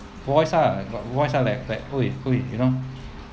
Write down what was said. voice lah got voice lah like like !oi! !oi! you know